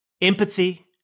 empathy